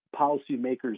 policymakers